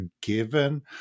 given